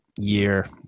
year